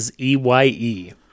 E-Y-E